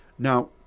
Now